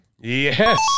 Yes